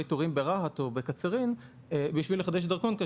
תורים ברהט או בקצרין כדי לחדש דרכון.